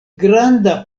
granda